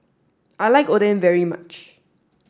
I like Oden very much